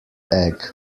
egg